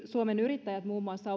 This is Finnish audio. suomen yrittäjät muun muassa